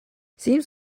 seems